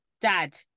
dad